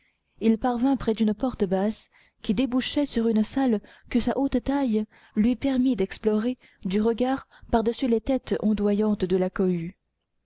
il parvint auprès d'une porte basse qui débouchait sur une salle que sa haute taille lui permit d'explorer du regard par-dessus les têtes ondoyantes de la cohue